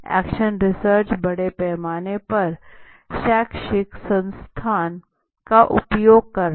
action research बड़े पैमाने पर शैक्षणिक संस्थान का उपयोग कर रहा है